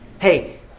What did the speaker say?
hey